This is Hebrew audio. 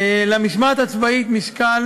למשמעת הצבאית משקל